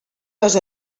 les